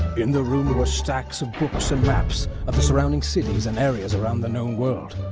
in the room were stacks of books and maps of the surrounding cities and areas around the known world.